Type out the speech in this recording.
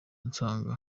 ansanga